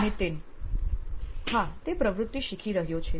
નીતિન હા તે પ્રવૃત્તિ શીખી રહ્યો છે